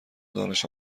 دانش